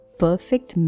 perfect